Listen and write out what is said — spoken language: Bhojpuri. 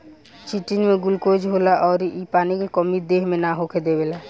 चिटिन में गुलकोज होला अउर इ पानी के कमी देह मे ना होखे देवे